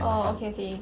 orh okay okay